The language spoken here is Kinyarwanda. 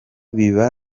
biba